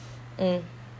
mm